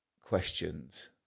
questions